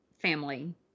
family